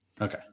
Okay